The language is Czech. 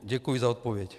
Děkuji za odpověď.